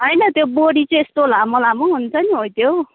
होइन त्यो बोडी चाहिँ यस्तो लामो लामो हुन्छ नि हो त्यो